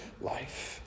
Life